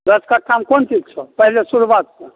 दश कट्ठ मे कोन चीज छौ पहले शुरुआत से